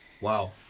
Wow